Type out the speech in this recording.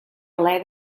alé